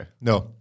No